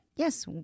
Yes